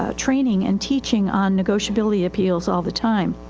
ah training and teaching on negotiability appeals all the time.